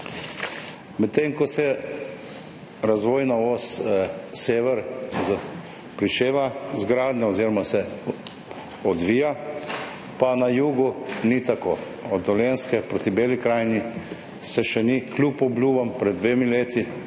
Medtem ko se je za razvojno os sever pričela gradnja oziroma se odvija, na jugu ni tako. Od Dolenjske proti Beli krajini se še ni, kljub obljubam pred dvema letoma,